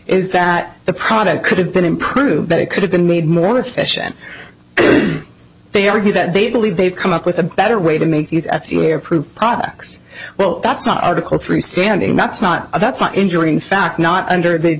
is that the product could have been improved but it could have been made more efficient they argue that they believe they've come up with a better way to make these a few air proof products well that's not article three standing that's not that's not injuring fact not under the